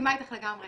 מסכימה איתך לגמרי.